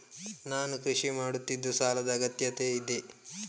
ನಾನು ಕೃಷಿ ಮಾಡುತ್ತಿದ್ದು ಸಾಲದ ಅಗತ್ಯತೆ ಇದೆ?